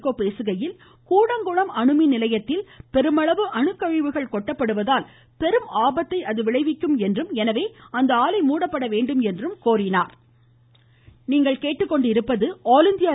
கோ பேசுகையில் அணுமின்நிலையத்தில் பெருமளவு அணுக்கழிவுகள் கொட்டப்படுவதால் பெரும் ஆபத்தை அது விளைவிக்கும் என்றும் எனவே அந்த ஆலை மூடப்பட வேண்டும் என்றும் கேட்டுக்கொண்டார்